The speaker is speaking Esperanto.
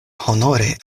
honore